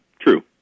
true